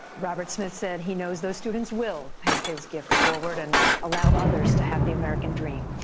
robert smith said he knows those students will pay his gift forward and allow others to have the american dream.